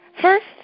first